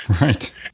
Right